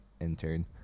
intern